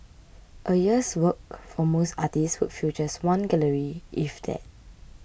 a year's work for most artists would fill just one gallery if that